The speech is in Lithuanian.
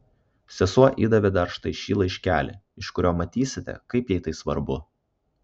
sesuo įdavė dar štai šį laiškelį iš kurio matysite kaip jai tai svarbu